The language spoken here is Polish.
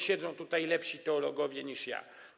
Siedzą tutaj lepsi teologowie niż ja.